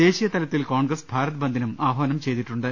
ദേശീയതലത്തിൽ കോൺഗ്രസ് ഭാരത്ബന്ദിനും ആഹ്വാനം ചെയ്തിട്ടുണ്ട്